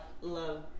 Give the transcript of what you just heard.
love